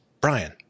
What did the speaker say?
Brian